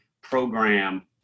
program